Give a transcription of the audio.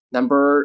Number